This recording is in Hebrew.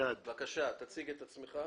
תציג את עצמך.